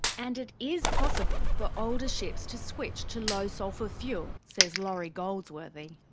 and it is possible for older ships to switch to low sulphur fuel, says laurie goldsworthy.